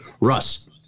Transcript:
Russ